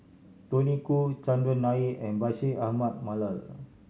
Tony Khoo Chandran Nair and Bashir Ahmad Mallal